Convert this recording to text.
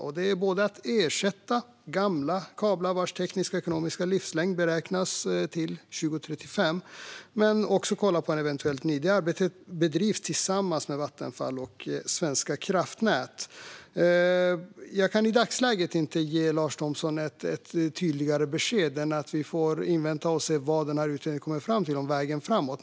Det handlar både om att ersätta gamla kablar, vars tekniska och ekonomiska livslängd beräknas till 2035, och om att kolla på en eventuell ny kabel. Arbetet bedrivs tillsammans med Vattenfall och Svenska kraftnät. Jag kan i dagsläget inte ge Lars Thomsson ett tydligare besked än att vi får invänta utredningen och se vad den kommer fram till om vägen framåt.